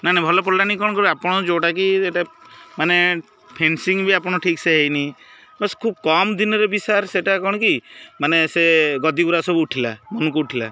ନା ନା ଭଲ ପଡ଼ିଲାଣି କ'ଣ କରିବ ଆପଣ ଯେଉଁଟାକି ଏଇଟା ମାନେ ଫେନ୍ସିଙ୍ଗ୍ବି ଆପଣ ଠିକ୍ ସେ ହେଇନି ବାସ୍ ଖୁବ୍ କମ୍ ଦିନରେ ବି ସାର୍ ସେଇଟା କ'ଣ କି ମାନେ ସେ ଗଦି ଗୁରା ସବୁ ଉଠିଲା ମନକୁ ଉଠିଲା